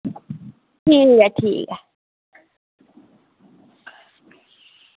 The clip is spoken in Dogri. ठीक ऐ ठीक ऐ